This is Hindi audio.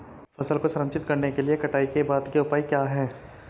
फसल को संरक्षित करने के लिए कटाई के बाद के उपाय क्या हैं?